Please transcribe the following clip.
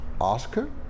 Oscar